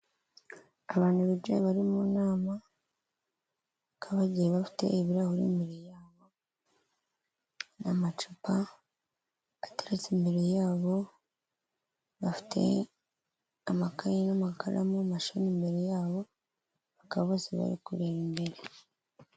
Abantu bicaye bari mu nama, bakaba bagiye bafite ibirahuri imbere yabo n'amacupa ateretse imbere yabo, bafite amakayi n'amakaramu, mashami imbere yabo, bakaba bose bari kureba imbere.